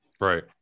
Right